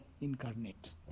incarnate